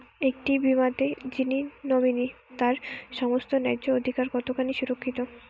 একটি বীমাতে যিনি নমিনি তার সমস্ত ন্যায্য অধিকার কতখানি সুরক্ষিত?